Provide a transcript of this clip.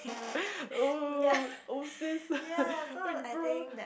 oh oh since April